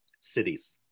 cities